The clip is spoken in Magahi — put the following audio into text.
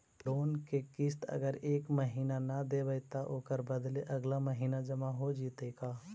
लोन के किस्त अगर एका महिना न देबै त ओकर बदले अगला महिना जमा हो जितै का?